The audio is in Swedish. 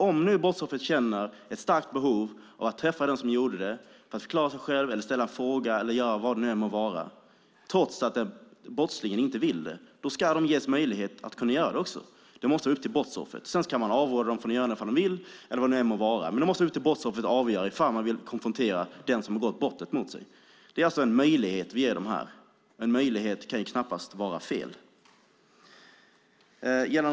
Om brottsoffret känner ett starkt behov av att träffa den som gjorde det för att förklara sig själv, ställa en fråga eller göra vad det än må vara trots att brottslingen inte vill det ska de ges möjlighet att göra det också. Det måste vara upp till brottsoffret. Sedan kan man avråda dem från att göra det, men det måste vara upp till brottsoffret om man vill konfrontera den som har begått brottet. Det är alltså en möjlighet vi vill ge dem. En möjlighet kan knappast vara fel.